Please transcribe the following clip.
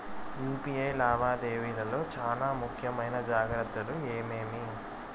UPI లావాదేవీల లో చానా ముఖ్యమైన జాగ్రత్తలు ఏమేమి?